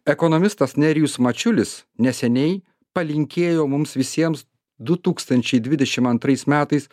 ekonomistas nerijus mačiulis neseniai palinkėjo mums visiems du tūkstančiai dvidešim antrais metais